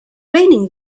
raining